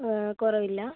കുറവില്ല